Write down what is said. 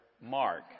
Mark